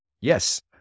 Yes